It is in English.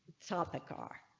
stop the car.